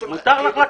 מותר לך.